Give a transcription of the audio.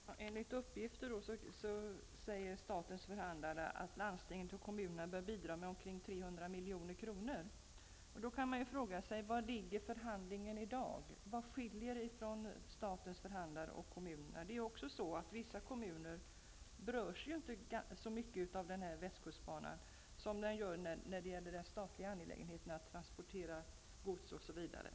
Fru talman! Enligt uppgift säger statens förhandlare att landsting och kommuner bör bidra med omkring 300 milj.kr. Man kan då fråga sig hur långt förhandlingen har kommit i dag. Var skiljer mellan statens förhandlare och kommunerna? Vissa kommuner berörs inte så mycket av västkustbanan, som ju främst rör den statliga angelägenheten att transportera gods osv.